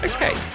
Okay